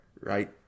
right